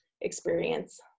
experience